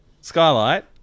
skylight